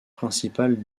principale